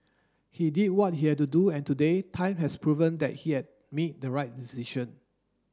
he did what he had to do and today time has proven that he had made the right decision